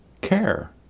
care